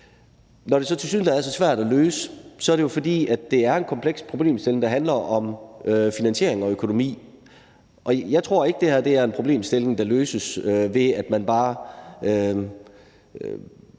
Når det tilsyneladende er så svært at løse, er det jo, fordi det er en kompleks problemstilling, der handler om finansiering og økonomi. Og jeg tror ikke, at det her er en problemstilling, der løses, ved at man bare